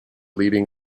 leading